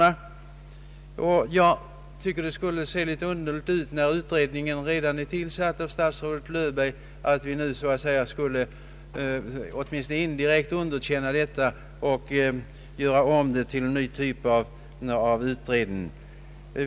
Under sådana förhållanden skulle det se litet underligt ut, när en utredningsman redan har tillsatts av statsrådet Löfberg, om vi skulle åtminstone indirekt underkänna hans handlande genom att förorda en ny typ av utredning.